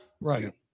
Right